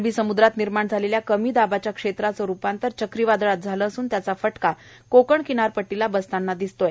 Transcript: अरबी सम्द्रात निर्माण झालेल्या कमी दाबाच्या क्षेत्राचे रूपांतर चक्रीवादळात झाले असून त्याचा फटका कोकण किनार पट्टीला बसताना दिसतो आहे